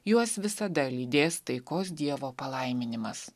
juos visada lydės taikos dievo palaiminimas